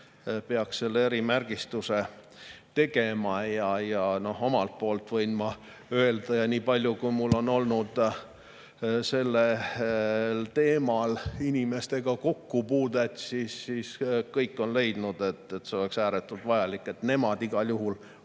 juhul selle erimärgistuse tegema. Omalt poolt võin öelda, et nii palju, kui mul on olnud sellel teemal inimestega kokkupuuteid, on kõik leidnud, et see oleks ääretult vajalik, sest nemad igal juhul